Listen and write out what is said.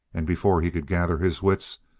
and before he could gather his wits,